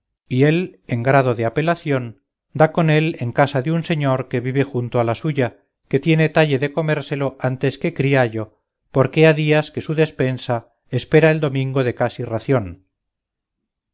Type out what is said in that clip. él en grado de apelación da con él en casa de un señor que vive junto a la suya que tiene talle de comérselo antes que criallo porque ha días que su despensa espera el domingo de casi ración